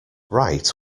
right